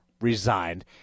resigned